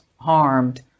harmed